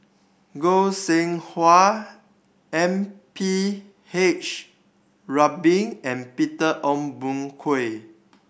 Goi Seng Hui M P H Rubin and Peter Ong Boon Kwee